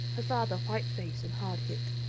her father white-faced and hard hit.